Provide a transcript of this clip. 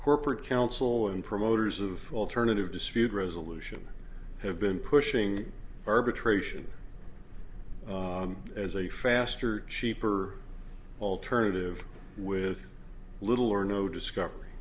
corporate counsel and promoters of alternative dispute resolution have been pushing arbitration as a faster cheaper alternative with little or no